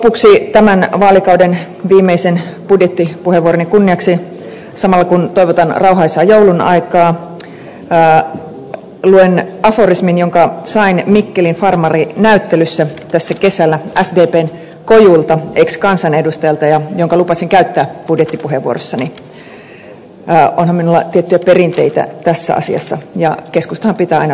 lopuksi tämän vaalikauden viimeisen budjettipuheenvuoroni kunniaksi samalla kun toivotan rauhaisaa joulun aikaa luen aforismin jonka sain mikkelin farmarinäyttelyssä kesällä sdpn kojulta ex kansanedustajalta ja jonka lupasin käyttää budjettipuheenvuorossani onhan minulla tiettyjä perinteitä tässä asiassa ja keskustahan pitää aina lupauksensa